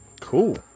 Cool